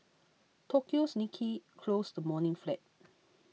Tokyo's Nikkei closed the morning flat